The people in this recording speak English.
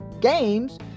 games